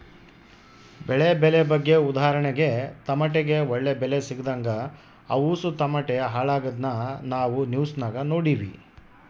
ಬೆಳೆ ಬೆಲೆ ಬಗ್ಗೆ ಉದಾಹರಣೆಗೆ ಟಮಟೆಗೆ ಒಳ್ಳೆ ಬೆಲೆ ಸಿಗದಂಗ ಅವುಸು ಟಮಟೆ ಹಾಳಾಗಿದ್ನ ನಾವು ನ್ಯೂಸ್ನಾಗ ನೋಡಿವಿ